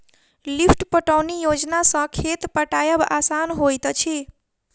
lift पटौनी योजना सॅ खेत पटायब आसान होइत अछि